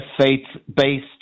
faith-based